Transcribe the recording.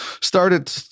started